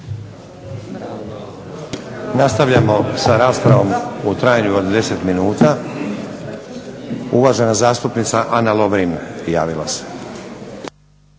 Nastavljamo sa raspravom u trajanju od 10 minuta. Uvažena zastupnica Ana Lovrin, javila se.